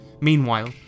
Meanwhile